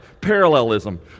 Parallelism